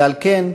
ועל כן,